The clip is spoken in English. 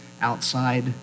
outside